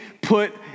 put